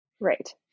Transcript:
Right